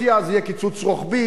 אז יהיה קיצוץ רוחבי,